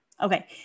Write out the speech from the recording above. Okay